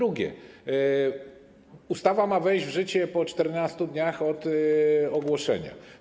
Ustawa ma wejść w życie po 14 dniach od dnia ogłoszenia.